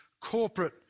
corporate